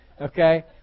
Okay